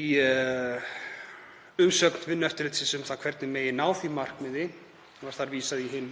í umsögn Vinnueftirlitsins um það hvernig megi ná því markmiði og var þar vísað í hin